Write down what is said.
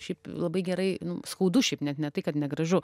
šiaip labai gerai nu skaudu šiaip net ne tai kad negražu